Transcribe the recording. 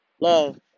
Love